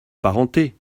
parenté